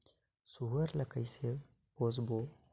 सुअर ला कइसे पोसबो?